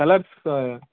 colors